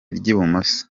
ry’ibumoso